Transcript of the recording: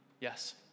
Yes